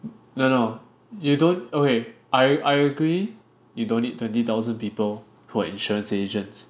no no no you don't okay I I agree you don't need twenty thousand people for insurance agents